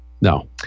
no